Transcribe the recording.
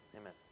Amen